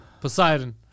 Poseidon